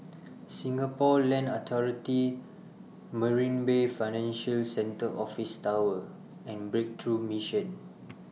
Singapore Land Authority Marina Bay Financial Centre Office Tower and Breakthrough Mission